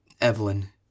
Evelyn